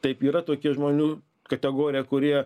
taip yra tokia žmonių kategorija kurie